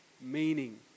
meaning